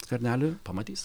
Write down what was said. skverneliui pamatys